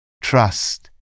Trust